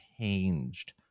changed